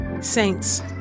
Saints